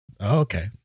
okay